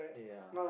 yeah